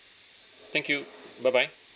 thank you bye bye